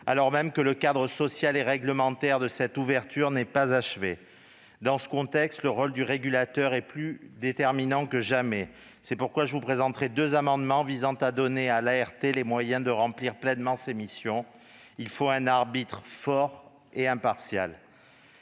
alors même que le cadre social et réglementaire de cette ouverture n'est pas achevé ! Dans ce contexte, le rôle du régulateur est plus déterminant que jamais. C'est pourquoi je vous présenterai deux amendements visant à donner à l'Autorité de régulation des transports (ART) les moyens de remplir pleinement ses missions : il faut un arbitre fort et impartial.